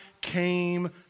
came